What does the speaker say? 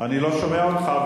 אני לא שומע אותך,